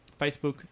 Facebook